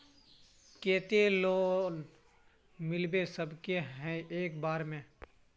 केते लोन मिलबे सके है एक बार में?